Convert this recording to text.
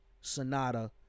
Sonata